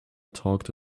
talked